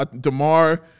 DeMar